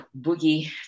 boogie